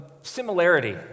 similarity